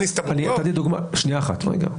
קודם כל,